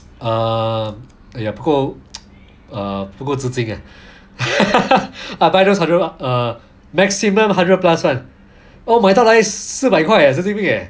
err ya 不过 uh 不够资金 eh I buy those until err maximum hundred plus one 我买到来四百块神经病 eh